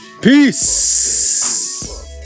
Peace